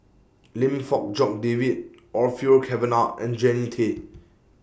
Lim Fong Jock David Orfeur Cavenagh and Jannie Tay